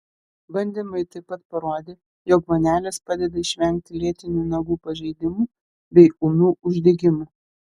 bandymai taip pat parodė jog vonelės padeda išvengti lėtinių nagų pažeidimų bei ūmių uždegimų